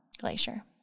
Glacier